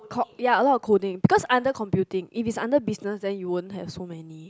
co~ ya a lot of coding because under computing if it's under business then you won't have so many